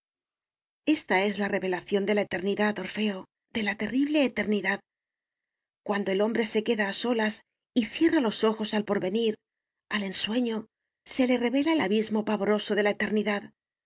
esta es la revelación de la eternidad orfeo de la terrible eternidad cuando el hombre se queda a solas y cierra los ojos al porvenir al ensueño se le revela el abismo pavoroso de la eternidad